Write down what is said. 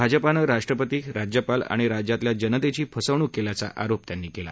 भाजपानं राष्ट्रपती राज्यपाल आणि राज्यातल्या जनतेची फसवणूक केल्याचा आरोप त्यांनी केला